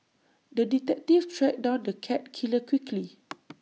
the detective tracked down the cat killer quickly